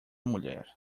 mulher